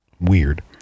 weird